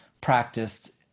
practiced